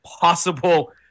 possible